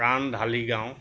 প্ৰাণ ঢালি গাওঁ